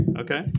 Okay